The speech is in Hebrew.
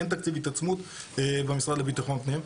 אין תקציב התעצמות במשרד לביטחון פנים.